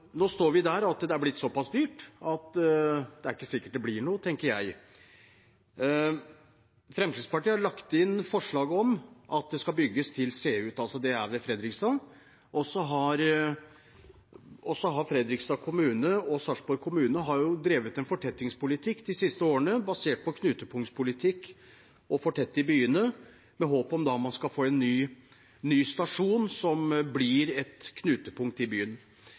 nå står vi der at det har blitt såpass dyrt at det ikke er sikkert at det blir noe. Fremskrittspartiet har lagt inn forslag om at det skal bygges til Seut, som er ved Fredrikstad. Fredrikstad kommune og Sarpsborg kommune har drevet en fortettingspolitikk de siste årene, basert på knutepunktpolitikk og å fortette i byene, med håp om at man skal få en ny stasjon som blir et knutepunkt i byen.